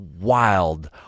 wild